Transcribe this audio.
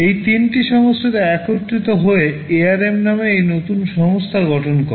এই তিনটি সংস্থা একত্রিত হয়ে ARM নামে এই নতুন সংস্থা গঠন করে